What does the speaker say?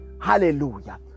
Hallelujah